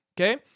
okay